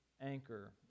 anchor